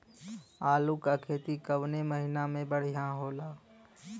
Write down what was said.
आलू क खेती कवने महीना में बढ़ियां होला?